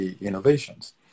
innovations